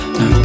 no